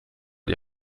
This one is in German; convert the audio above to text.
die